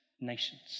nations